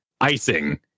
icing